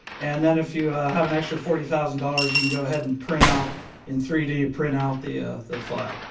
and then if you have an extra forty thousand dollars you can go ahead and print out in three d print out the ah the file.